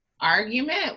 argument